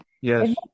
yes